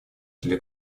для